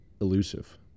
elusive